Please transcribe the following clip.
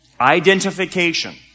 Identification